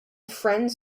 friends